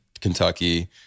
kentucky